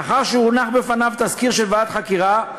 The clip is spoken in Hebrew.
לאחר שהונח בפניו תסקיר של ועדת חקירה,